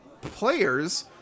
players